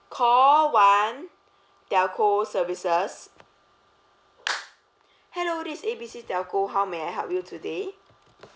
call one telco services hello this is A B C telco how may I help you today